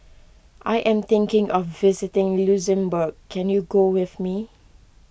I am thinking of visiting Luxembourg can you go with me